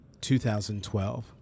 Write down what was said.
2012